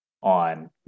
on